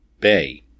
Bay